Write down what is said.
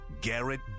Garrett